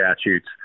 statutes